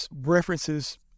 references